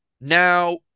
Now